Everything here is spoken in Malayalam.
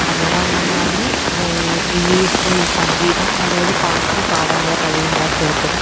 അങ്ങനെ അങ്ങനെയാന്ന് ഈ സ സംഗീതം അതായത് പാട്ട് പാടാനുള്ള കഴിവ് ഉണ്ടാക്കിയെടുത്തത്